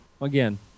again